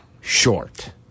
short